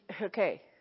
okay